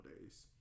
days